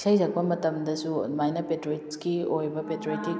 ꯏꯁꯩ ꯁꯛꯄ ꯃꯇꯝꯗꯁꯨ ꯑꯗꯨꯃꯥꯏꯅ ꯄꯦꯇ꯭ꯔꯤꯌꯣꯏꯠꯀꯤ ꯑꯣꯏꯕ ꯄꯦꯇ꯭ꯔꯣꯏꯇꯤꯛ